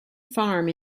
farm